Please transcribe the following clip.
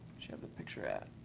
and picture at?